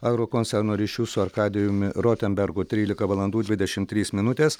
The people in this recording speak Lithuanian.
agrokoncerno ryšių su arkadijumi rozenbergu trylika valandų dvidešimt trys minutės